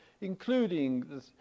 including